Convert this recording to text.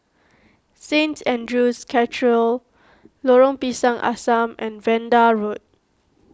Saint andrew's Cathedral Lorong Pisang Asam and Vanda Road